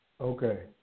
Okay